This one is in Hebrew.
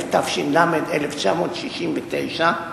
התש"ל 1969,